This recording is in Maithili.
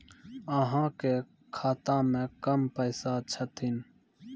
अहाँ के खाता मे कम पैसा छथिन?